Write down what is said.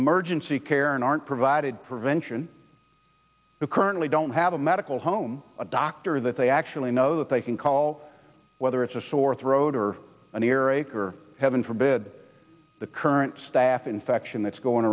emergency care and aren't provided prevention who currently don't have a medical home a doctor that they actually know that they can call whether it's a sore throat or an earache or heaven forbid the current staph infection that's going